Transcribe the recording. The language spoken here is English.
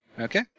Okay